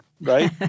right